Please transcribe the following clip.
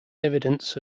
evidence